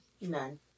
None